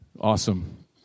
awesome